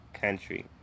country